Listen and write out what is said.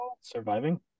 Surviving